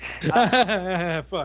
Fuck